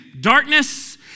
Darkness